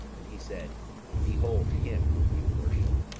and he said behold him whom you worship.